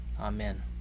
Amen